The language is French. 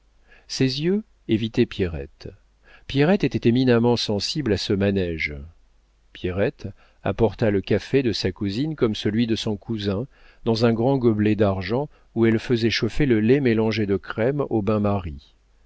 ses yeux évitaient pierrette pierrette était éminemment sensible à ce manége pierrette apporta le café de sa cousine comme celui de son cousin dans un grand gobelet d'argent où elle faisait chauffer le lait mélangé de crème au bain-marie